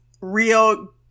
real